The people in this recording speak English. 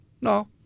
No